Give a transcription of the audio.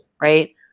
right